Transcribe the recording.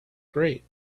great